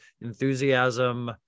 enthusiasm